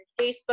Facebook